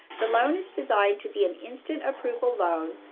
the loan is designed to be an instant-approval loan,